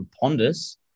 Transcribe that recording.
Pondus